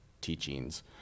teachings